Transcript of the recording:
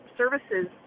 services